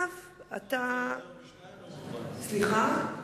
שניים מספיק, שלושה.